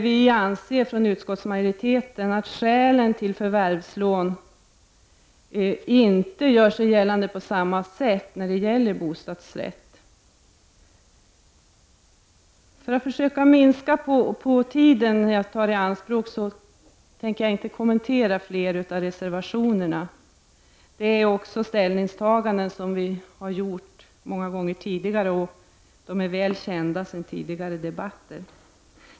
Vi anser från utskottsmajoriteten att skälen till förvärvslån inte gör sig gällande på samma sätt när det gäller bostadsrätter. För att försöka minska på den tid jag tar i anspråk tänker jag inte kommentera flera av reservationerna. Det är ställningstaganden som har gjorts många gånger tidigare. De är väl kända från tidigare debatter.